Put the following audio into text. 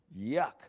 yuck